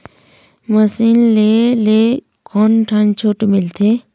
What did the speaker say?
Machine ले ले कोन ठन छूट मिलथे?